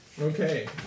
Okay